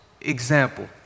example